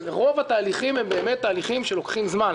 רוב התהליכים הם באמת תהליכים שלוקחים זמן.